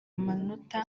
amanota